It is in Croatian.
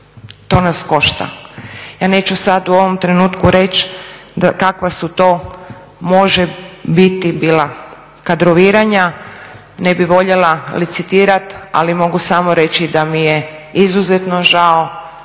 To nas košta. Ja neću sada u ovom trenutku reći kakva su to može biti bila kadroviranja, ne bih voljela licitirati ali mogu samo reći da mi je izuzetno žao